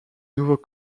nouveau